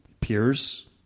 peers